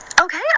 Okay